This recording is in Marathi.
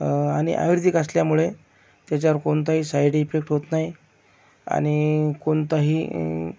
आणि आयुर्वेदिक असल्यामुळे त्याच्यावर कोणताही साइड इफेक्ट होत नाही आणि कोणताही